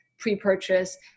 Pre-purchase